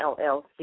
LLC